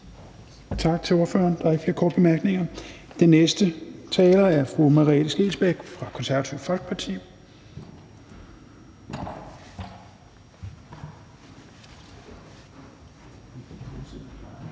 Tak til ordføreren. Der er ikke flere korte bemærkninger. Den næste taler er fru Merete Scheelsbeck fra Konservative Folkeparti.